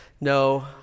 No